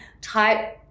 type